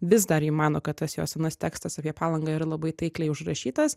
vis dar ji mano kad tas jos senas tekstas apie palangą yra labai taikliai užrašytas